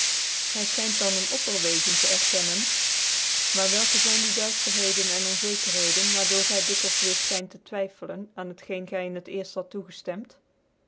gy fchynt dan een opperwezen te erkennen maar welke zyn die duifterheden en onzekerheden waar door gy dikwils weer fchynt tc twyffelen aan het geen gy in het ecrll had tocgeftemt